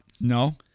No